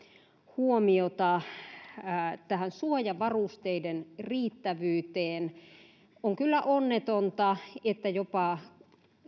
huomiota vielä tähän suojavarusteiden riittävyyteen on kyllä onnetonta että jopa